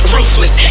Ruthless